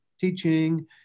teaching